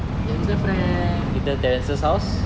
எந்த:entha friend